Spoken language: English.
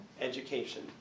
Education